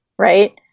right